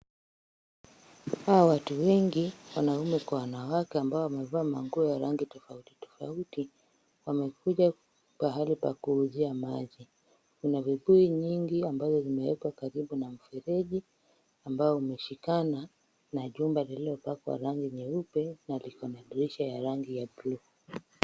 Hawa watu wengi wanaume kwa wanawake ambao wamevaa manguo ya rangi tofautitofauti wamekuja mahali pa kuuzia maji. Kuna vibuyu nyingi ambazo zimewekwa karibu na mfereji ambao umeshikana na jumba lililopakwa rangi nyeupe na likona dirisha la rangi ya blue .